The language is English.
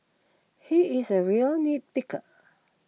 he is a real nit picker